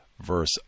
verse